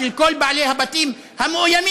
של כל בעלי הבתים המאוימים,